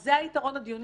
זה היתרון הדיוני.